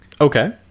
Okay